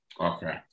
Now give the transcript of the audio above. Okay